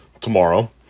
tomorrow